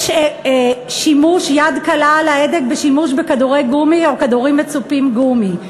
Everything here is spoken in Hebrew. יש יד קלה על ההדק בשימוש בכדורי גומי או בכדורים מצופים גומי.